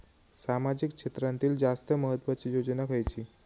सामाजिक क्षेत्रांतील जास्त महत्त्वाची योजना खयची?